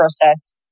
process